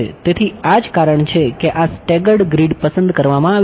તેથી આ જ કારણ છે કે આ સ્ટેગર્ડ ગ્રીડ પસંદ કરવામાં આવી છે